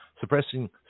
suppressing